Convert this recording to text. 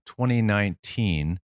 2019